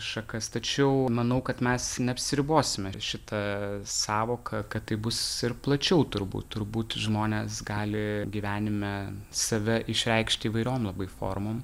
šakas tačiau manau kad mes neapsiribosime šita sąvoka kad tai bus ir plačiau turbūt turbūt žmonės gali gyvenime save išreikšt įvairiom labai formom